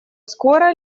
скоро